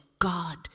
God